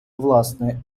власне